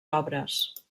obres